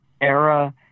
era